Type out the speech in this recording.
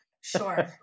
Sure